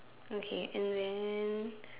okay and then